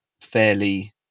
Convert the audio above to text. fairly